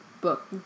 book